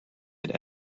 had